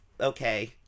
okay